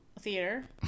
theater